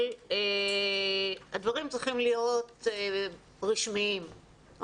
הדברים צריכים להיות רשמיים,